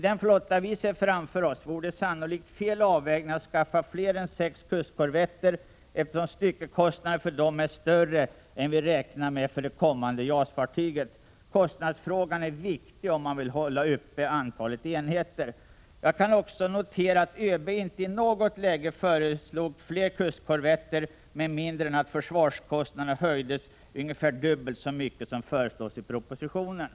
Det vore sannolikt fel avvägning att för den flotta vi ser framför oss skaffa fler än sex kustkorvetter, eftersom styckekostnaden för dessa är större än den vi räknar med för det kommande s.k. JAS-fartyget. Kostnadsfrågan är viktig om man vill hålla uppe antalet enheter. Jag kan också notera att ÖB inte i något läge föreslog fler kustkorvetter med mindre än att försvarskostnaderna höjdes ungefär dubbelt så mycket som föreslås i propositionen.